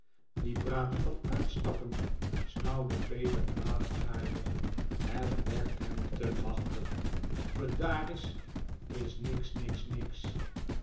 wie praat r van uitstappen snauwde peter kwaadaardig het werd hem te machtig pedaris is niks niks niks